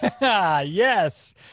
Yes